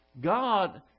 God